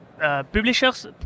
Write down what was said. publishers